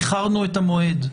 איחרנו את המועד.